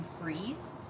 freeze